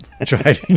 driving